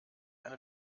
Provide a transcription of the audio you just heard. eine